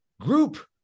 group